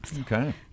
Okay